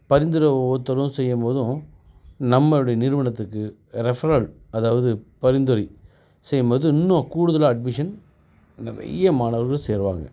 பரிந்துரை ஒவ்வொருத்தரும் செய்யும் போதும் நம்மளுடைய நிறுவனத்துக்கு ரெஃபரல் அதாவது பரிந்துரை செய்யும் போது இன்னும் கூடுதலாக அட்மிஷன் நிறையா மாணவர்கள் சேர்வாங்க